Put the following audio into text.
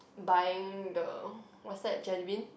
buying the what's that jellybean